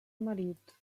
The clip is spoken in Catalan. marit